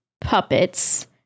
puppets